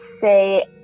say